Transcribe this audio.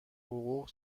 حقوق